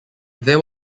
there